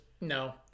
no